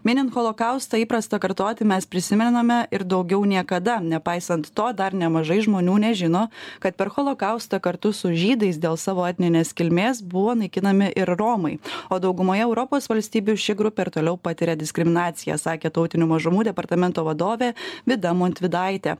minint holokaustą įprasta kartoti mes prisimename ir daugiau niekada nepaisant to dar nemažai žmonių nežino kad per holokaustą kartu su žydais dėl savo etninės kilmės buvo naikinami ir romai o daugumoje europos valstybių ši grupė ir toliau patiria diskriminaciją sakė tautinių mažumų departamento vadovė vida montvydaitė